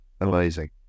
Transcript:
Amazing